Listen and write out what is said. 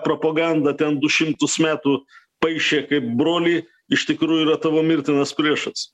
propaganda ten du šimtus metų paišė kaip brolį iš tikrųjų yra tavo mirtinas priešas